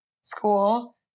school